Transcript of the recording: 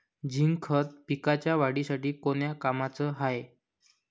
Zinc खत पिकाच्या वाढीसाठी कोन्या कामाचं हाये?